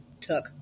took